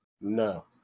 No